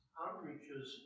outreaches